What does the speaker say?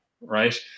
right